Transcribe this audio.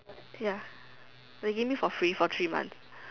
ya they give me for free for three months